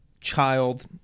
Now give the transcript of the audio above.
child